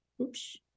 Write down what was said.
Oops